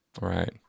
right